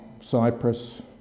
Cyprus